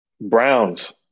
Browns